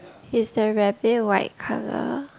is the rabbit white colour